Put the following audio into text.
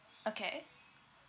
okay